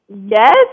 Yes